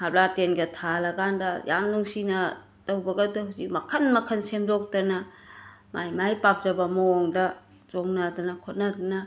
half ꯂꯥꯇꯦꯟꯒ ꯊꯥꯜꯂꯀꯥꯟꯗ ꯌꯥꯝ ꯅꯨꯡꯁꯤꯅ ꯇꯧꯕꯒꯗꯣ ꯍꯧꯖꯤꯛ ꯃꯈꯟ ꯃꯈꯟ ꯁꯦꯝꯗꯣꯛꯇꯅ ꯃꯥꯒꯤ ꯃꯥꯒꯤ ꯄꯥꯝꯖꯕ ꯃꯑꯣꯡꯗ ꯆꯣꯡꯅꯗꯅ ꯈꯣꯠꯅꯗꯅ